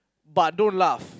but don't laugh